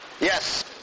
Yes